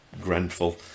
Grenfell